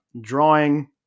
drawing